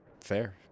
Fair